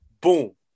boom